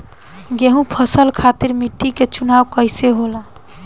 गेंहू फसल खातिर मिट्टी के चुनाव कईसे होला?